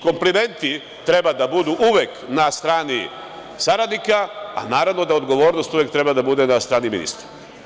Komplimenti treba da budu uvek na strani saradnika, a naravno da odgovornost uvek treba da bude na strani ministra.